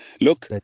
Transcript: Look